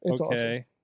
okay